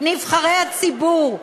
נבחרי הציבור,